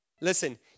Listen